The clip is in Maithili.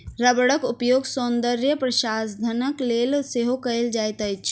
रबड़क उपयोग सौंदर्य प्रशाधनक लेल सेहो कयल जाइत अछि